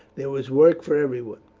there was work for everyone,